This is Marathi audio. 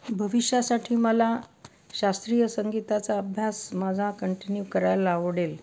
भविष्यासाठी मला शास्त्रीय संगीताचा अभ्यास माझा कंटिन्यू करायला आवडेल